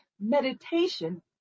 meditation